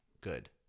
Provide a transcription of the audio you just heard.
good